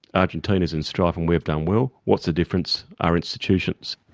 argentina's in strife and we've done well. what's the difference? our institutions.